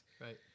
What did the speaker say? Right